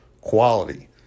quality